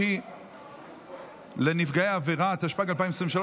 התשפ"ג 2023,